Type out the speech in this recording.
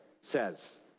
says